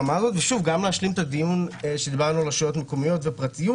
להשלים את הדיון שדיברנו על רשויות מקומיות ופרטיות